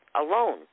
alone